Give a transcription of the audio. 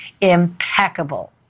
impeccable